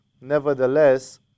nevertheless